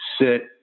sit